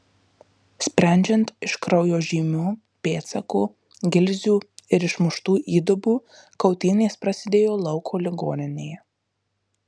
sprendžiant iš kraujo žymių pėdsakų gilzių ir išmuštų įdubų kautynės prasidėjo lauko ligoninėje